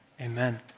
Amen